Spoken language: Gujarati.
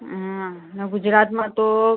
હા ગુજરાતમાં તો